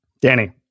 Danny